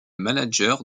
manager